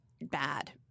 bad